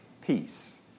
peace